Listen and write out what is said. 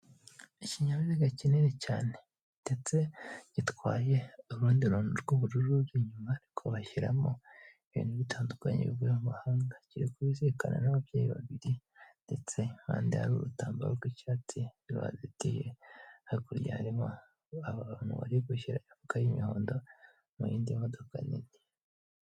Ikinyabiziga kinini cyane ndetse gitwaye urundi ruhande rw'uburururi inyuma arikokabashyiramo ibintu bitandukanye byo amahanga kiri kubizirikanaana n'ababyeyi babiri ndetse bande hari urutambaro rw'icyatsi bibazitiye hakurya harimo abantu bari gushyira imbwa y'imihondo mu yindi modoka nini.